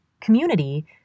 community